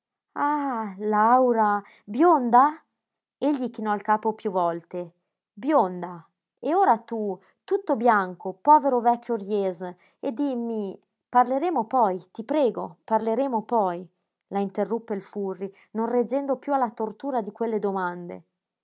laura bionda egli chinò il capo piú volte bionda e ora tu tutto bianco povero vecchio riese e dimmi parleremo poi ti prego parleremo poi la interruppe il furri non reggendo piú alla tortura di quelle domande